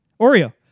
Oreo